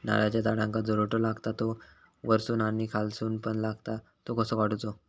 नारळाच्या झाडांका जो रोटो लागता तो वर्सून आणि खालसून पण लागता तो कसो काडूचो?